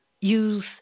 Use